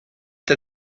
the